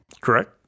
correct